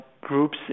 groups